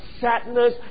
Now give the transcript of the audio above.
sadness